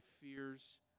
fears